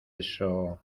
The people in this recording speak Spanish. eso